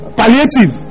palliative